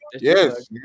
Yes